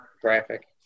Graphic